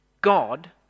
God